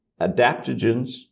Adaptogens